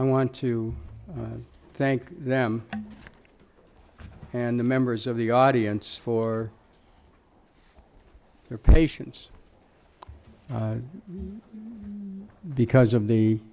i want to thank them and the members of the audience for their patients because of the